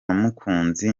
mukunzi